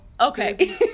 Okay